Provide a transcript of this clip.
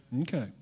Okay